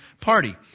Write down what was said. party